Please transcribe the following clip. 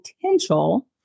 potential